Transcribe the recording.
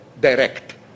direct